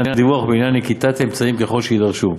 הדיווח בעניין נקיטת האמצעים ככל שיידרשו.